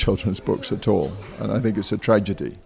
children's books at all and i think it's a tragedy